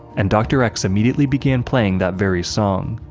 and dr. x. immediately began playing that very song,